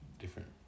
different